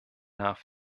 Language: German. nach